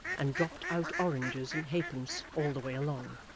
and dropped out oranges and halfpence all the way along.